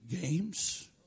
games